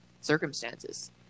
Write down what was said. circumstances